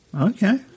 Okay